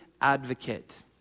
advocate